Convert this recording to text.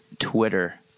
Twitter